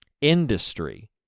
industry